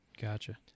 gotcha